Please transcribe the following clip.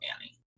Annie